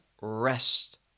rest